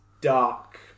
dark